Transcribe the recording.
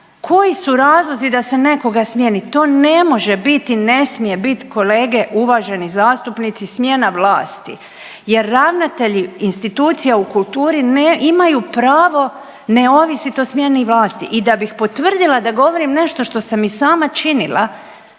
koji su razlozi da se nekoga smijeni, to ne može biti, ne smije biti, kolege uvaženi zastupnici smjena vlasti jer ravnatelji institucija u kulturi ne, imaju pravo ne ovisiti o smjeni vlasti i da bih potvrdila da govorim nešto što sam i sama činila